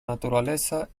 naturaleza